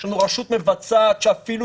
יש לנו רשות מבצעת שאפילו